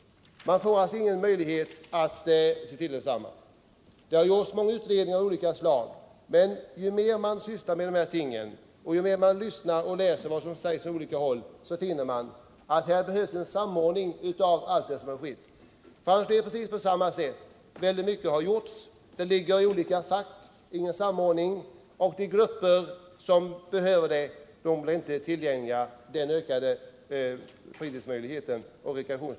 Många utredningar av olika slag har gjorts, men ju mer man har sysslat med dessa ting och ju mer man har lyssnat till vad som sägs på olika håll, desto klarare står det att det här behövs en samordning av allt som har skett. Mycket har gjorts, men allt ligger i olika fack, varför det inte finns någon samordning. Den ökade fritidsoch rekreationsmöjligheten blir inte tillgänglig för just de grupper som har behov därav.